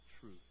truth